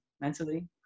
mentally